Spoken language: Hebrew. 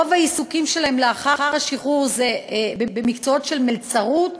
רוב העיסוקים שלהם אחרי השחרור הם במקצועות כמו מלצרות,